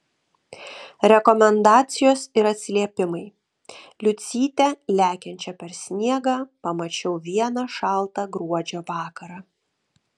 rekomendacijos ir atsiliepimai liucytę lekiančią per sniegą pamačiau vieną šaltą gruodžio vakarą